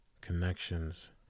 connections